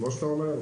כמו שאתה אומר,